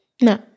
No